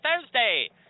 Thursday